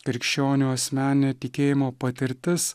krikščionio asmeninio tikėjimo patirtis